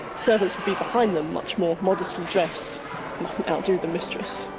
servants would be behind them much more modestly dressed mustn't outdo the mistress.